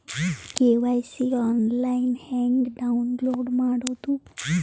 KYC online ಹೆಂಗ್ download ಮಾಡೋದು?